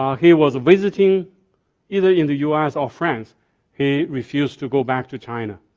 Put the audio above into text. um he was visiting either in the u s. or france he refused to go back to china.